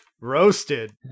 Roasted